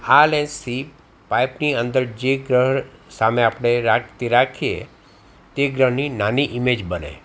આ લેન્સથી પાઇપની અંદર જે ગ્રહણ સામે આપણે રાખીએ તે ગ્રહણની નાની ઈમેજ બને